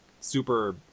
super